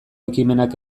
ekimenak